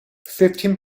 fifteen